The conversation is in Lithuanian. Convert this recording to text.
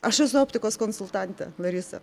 aš esu optikos konsultantė larisa